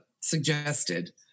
suggested